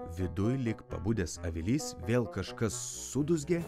viduj lyg pabudęs avilys vėl kažkas sudūzgė